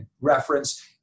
reference